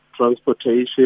transportation